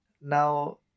Now